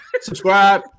subscribe